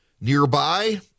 Nearby